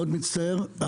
מאוד מצטער.